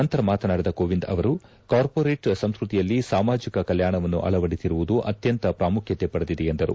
ನಂತರ ಮಾತನಾಡಿದ ಕೋವಿಂದ್ ಅವರು ಕಾರ್ಪೋರೆಟ್ ಸಂಸ್ಕೃತಿಯಲ್ಲಿ ಸಾಮಾಜಕ ಕಲ್ಲಾಣವನ್ನು ಅಳವಡಿಸಿರುವುದು ಅತ್ಯಂತ ಪ್ರಾಮುಖ್ಯತೆ ಪಡೆದಿದೆ ಎಂದರು